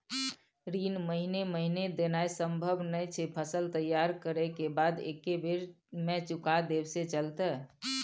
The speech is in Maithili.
ऋण महीने महीने देनाय सम्भव नय छै, फसल तैयार करै के बाद एक्कै बेर में चुका देब से चलते?